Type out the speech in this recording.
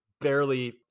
barely